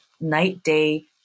night-day